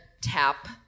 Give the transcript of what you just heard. tap